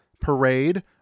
parade